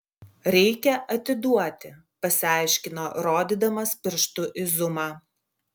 reikia atiduoti pasiaiškino rodydamas pirštu į zumą